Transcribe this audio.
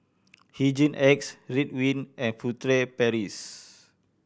Hygin X Ridwind and Furtere Paris